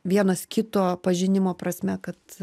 vienas kito pažinimo prasme kad